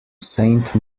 saint